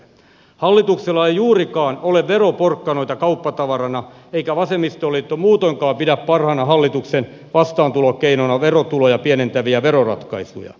hallituksella ei juurikaan ole veroporkkanoita kauppatavarana eikä vasemmistoliitto muutoinkaan pidä parhaana hallituksen vastaantulokeinona verotuloja pienentäviä veroratkaisuja